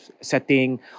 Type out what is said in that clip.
setting